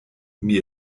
mir